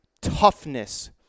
toughness